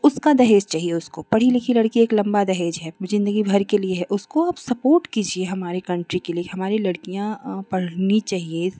उसका दहेज चाहिए उसको पढ़ी लिखी लड़की एक लम्बा दहेज है ज़िन्दगी भर कर लिए है उसको आप सपोर्ट कीजिए हमारे कंट्री के लिए हमारी लड़कियाँ पढ़नी चाहिए